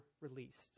released